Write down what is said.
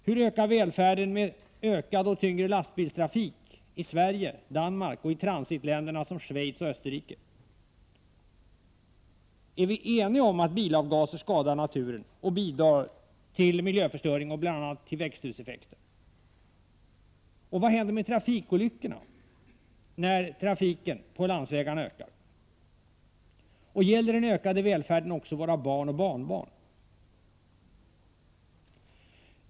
Hur ökar välfärden med ökad och tyngre lastbilstrafik i Sverige, i Danmark och i transitländer som Schweiz och Österrike? Är vi eniga om att bilavgaser skadar naturen och bidrar till miljöförstöring, bl.a. till växthuseffekten? Och vad händer med trafikolyckorna när trafiken på vägarna ökar? Gäller den ökade välfärden också våra barn och barnbarn?